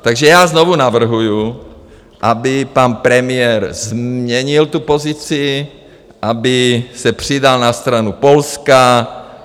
Takže já znovu navrhuju, aby pan premiér změnil tu pozici, aby se přidal na stranu Polska.